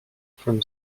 from